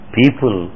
people